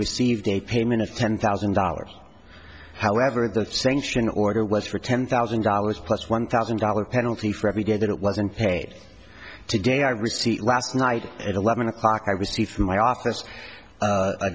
received a payment of ten thousand dollars however the sanction order was for ten thousand dollars plus one thousand dollars penalty for every day that it wasn't paid today i received last night at eleven o'clock i received from my office